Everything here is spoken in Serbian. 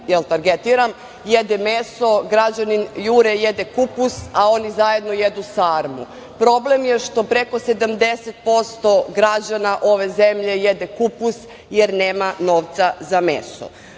targetiram, jede mesto, građanin „Jure“ jede kupus, a oni zajedno jedu sarmu. Problem je što preko 70% građana ove zemlje jede kupus, jer nema novca za meso.